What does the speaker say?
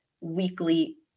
weekly